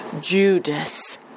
Judas